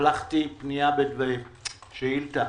שלחתי שאילתה